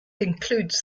includes